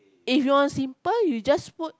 if you're simple you just put